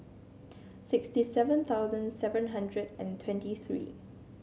sixty seven thousand seven hundred and twenty three